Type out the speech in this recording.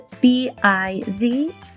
B-I-Z